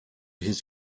his